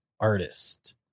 artist